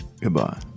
Goodbye